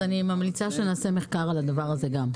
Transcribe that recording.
אני ממליצה שנעשה מחקר על זה גם.